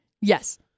Yes